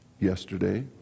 yesterday